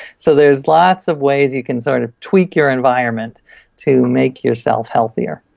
so there's lots of ways you can sort of tweak your environment to make yourself healthier.